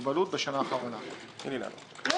מכובדי פרופ' הרשקוביץ,